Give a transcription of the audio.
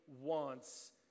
wants